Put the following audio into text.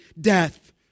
death